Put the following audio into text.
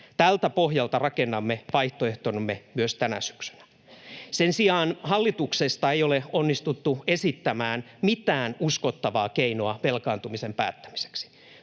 Tältä pohjalta rakennamme vaihtoehtomme myös tänä syksynä. Sen sijaan hallituksesta ei ole onnistuttu esittämään mitään uskottavaa keinoa velkaantumisen päättämiseksi.